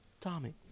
Tommy